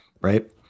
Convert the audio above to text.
right